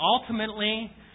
ultimately